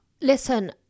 Listen